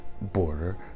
border